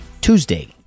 Tuesday